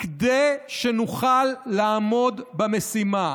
כדי שנוכל לעמוד במשימה.